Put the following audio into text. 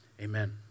Amen